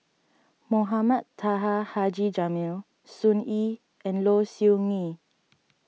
Mohamed Taha Haji Jamil Sun Yee and Low Siew Nghee